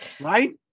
right